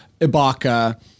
Ibaka